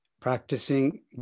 practicing